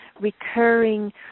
recurring